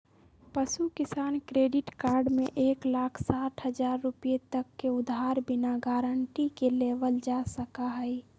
पशु किसान credit card में एक लाख साठ हजार रुपए तक के उधार बिना गारंटी के लेबल जा सका हई